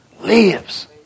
lives